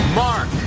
mark